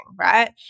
right